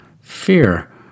fear